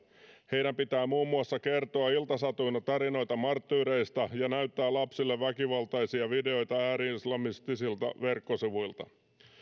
heidän pitää muun muassa kertoa iltasatuina tarinoita marttyyreista ja näyttää lapsille väkivaltaisia videoita ääri islamistisilta verkkosivuilta